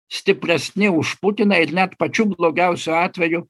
stipresni už putiną ir net pačiu blogiausiu atveju